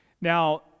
Now